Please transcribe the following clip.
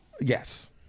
Yes